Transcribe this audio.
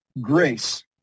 grace